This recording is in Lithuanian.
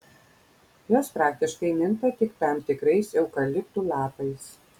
jos praktiškai minta tik tam tikrais eukaliptų lapais